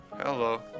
Hello